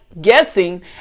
guessing